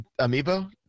Amiibo